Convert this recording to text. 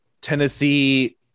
Tennessee